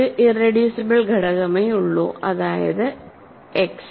ഒരു ഇറെഡ്യൂസിബിൾ ഘടകമേയുള്ളൂ അതായത് എക്സ്